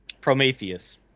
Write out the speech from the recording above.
Prometheus